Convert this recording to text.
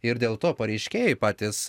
ir dėl to pareiškėjai patys